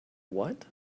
what